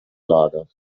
lager